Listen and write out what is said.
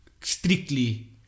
strictly